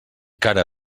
cara